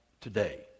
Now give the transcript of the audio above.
today